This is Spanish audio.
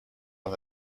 los